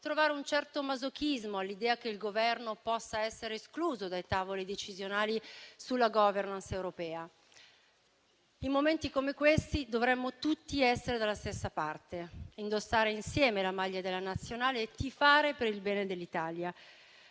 trovare un certo masochismo all'idea che il Governo possa essere escluso dai tavoli decisionali sulla *governance* europea. In momenti come questi dovremmo tutti essere dalla stessa parte, indossare insieme la maglia della nazionale, tifare per il bene dell'Italia,